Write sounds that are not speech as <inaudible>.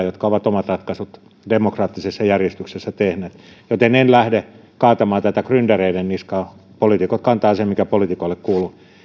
<unintelligible> jotka ovat omat ratkaisunsa demokraattisessa järjestyksessä tehneet joten en lähde kaatamaan tätä gryndereiden niskaan poliitikot kantavat sen mikä poliitikoille kuuluu